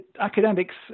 academics